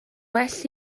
well